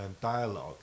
dialogue